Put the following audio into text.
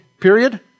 period